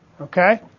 Okay